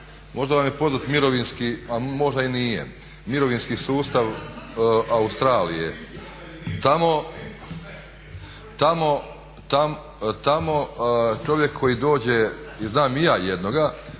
možda vam je poznat mirovinski a možda i nije mirovinski sustav Australije. Tamo čovjek koji dođe i znam i ja jednoga,